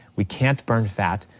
we can't burn fat,